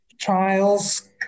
trials